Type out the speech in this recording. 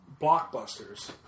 blockbusters